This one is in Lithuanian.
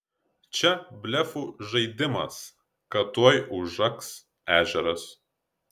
čia blefų žaidimas kad tuoj užaks ežeras